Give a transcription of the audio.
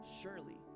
Surely